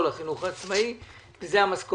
החינוך העצמאי הוא גוף גדול, וזו המשכורת.